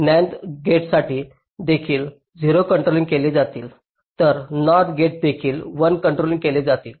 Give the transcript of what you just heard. NAND गेटसाठी देखील 0 controlling केले जातील तर NOR गेटदेखील 1 कंट्रोलिंग केले जातील